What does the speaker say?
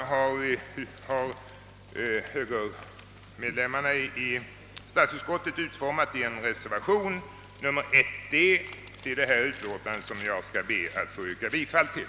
Dessa synpunkter har högerledamöterna utformat i en reservation nr 1 d, som jag ber att få yrka bifall till.